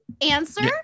answer